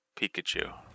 Pikachu